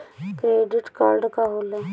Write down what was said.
Credit card का होला?